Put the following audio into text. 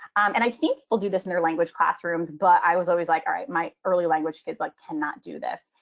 and i think we'll do this in their language classrooms. but i was always like, all right. my early language kids, like, cannot do this.